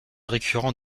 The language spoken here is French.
récurrent